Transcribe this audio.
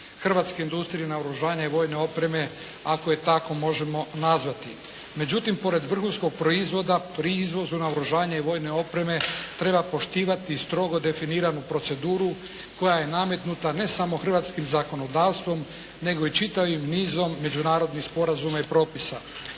hrvatske industrije naoružanja i vojne opreme ako je tako možemo nazvati. Međutim, pored vrhunskom proizvoda pri izvozu naoružanja i vojne opreme treba poštivati strogo definiranu proceduru koja je nametnuta ne samo hrvatskim zakonodavstvom, nego i čitavim nizom međunarodnih sporazuma i propisa.